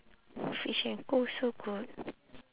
Fish & Co. also good